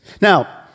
Now